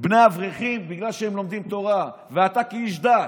בני אברכים בגלל שהם לומדים תורה, אתה, כאיש דת,